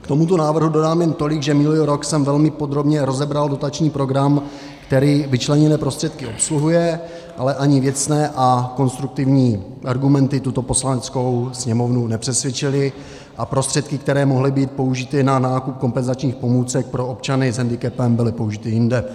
K tomuto návrhu dodám jen tolik, že minulý rok jsem velmi podrobně rozebral dotační program, který vyčleněné prostředky obsluhuje, ale ani věcné a konstruktivní argumenty tuto Poslaneckou sněmovnu nepřesvědčily a prostředky, které mohly být použity na nákup kompenzačních pomůcek pro občany s hendikepem, byly použity jinde.